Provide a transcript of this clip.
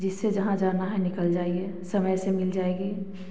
जिसे जहाँ जाना है निकल जाइए समय से मिल जाएगी